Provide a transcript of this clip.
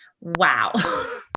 Wow